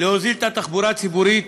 להוזיל את התחבורה הציבורית